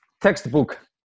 textbook